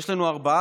יש לנו ארבעה,